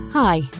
Hi